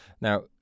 Now